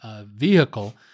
vehicle